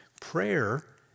Prayer